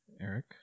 Eric